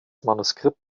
manuskript